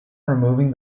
removing